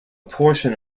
portion